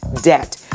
debt